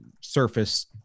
surface